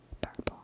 purple